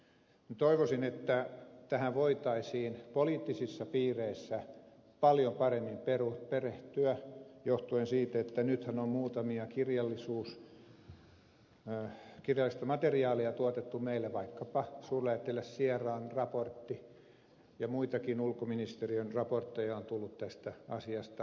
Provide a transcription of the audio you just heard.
minä toivoisin että tähän voitaisiin poliittisissa piireissä paljon paremmin perehtyä johtuen siitä että nythän on kirjallista materiaalia tuotettu meillä vaikkapa suurlähettiläs sierlan raportti ja muitakin ulkoministeriön raportteja on tullut tästä asiasta tietoon